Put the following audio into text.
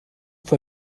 for